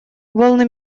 волны